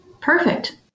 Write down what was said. Perfect